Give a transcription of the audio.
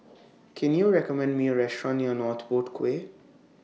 Can YOU recommend Me A Restaurant near North Boat Quay